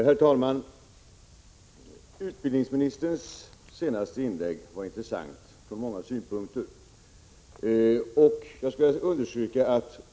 Herr talman! Utbildningsministerns senaste inlägg var intressant från många synpunkter.